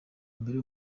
mbere